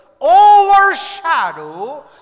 overshadow